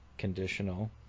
conditional